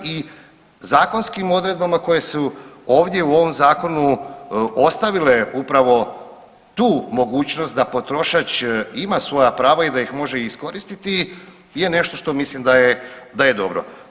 I zakonskim odredbama koje su ovdje u ovom zakonu ostavile upravo tu mogućnost da potrošač ima svoja prava i da ih može iskoristiti je nešto što mislim da je dobro.